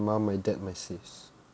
mum my dad my sis